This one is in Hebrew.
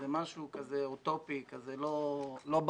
איזה משהו כזה אוטופי, משהו לא ברור.